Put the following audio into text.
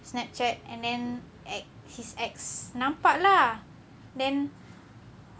snapchat and then eh his ex nampak lah then